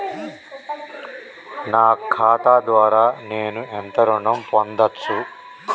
నా ఖాతా ద్వారా నేను ఎంత ఋణం పొందచ్చు?